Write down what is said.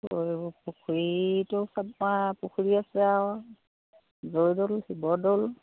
পুখুৰীটো চপা পুখুৰী আছে আৰু জয়দৌল শিৱদৌল